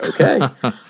Okay